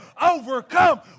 overcome